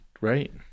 right